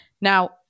Now